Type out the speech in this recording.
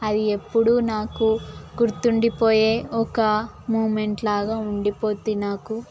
అది ఎప్పుడు నాకు గుర్తుండిపోయే ఒక మూమెంట్ లాగా ఉండిపోద్ది నాకు